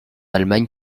allemagne